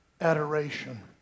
adoration